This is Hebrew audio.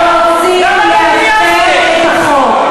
ורוצים להפר את החוק.